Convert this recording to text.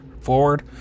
forward